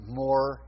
more